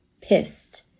pissed